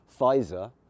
Pfizer